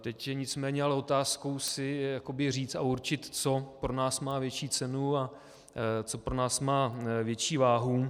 Teď je nicméně ale otázkou si jakoby říct a určit, co pro nás má větší cenu a co pro nás má větší váhu.